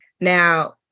Now